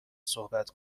صحبت